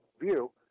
view